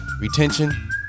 retention